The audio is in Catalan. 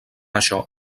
això